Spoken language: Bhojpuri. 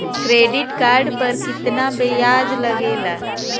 क्रेडिट कार्ड पर कितना ब्याज लगेला?